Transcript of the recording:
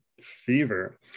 fever